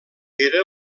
era